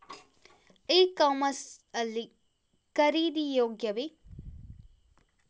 E commerce ಲ್ಲಿ ಖರೀದಿ ಯೋಗ್ಯವೇ?